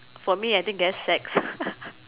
for me I think that's sex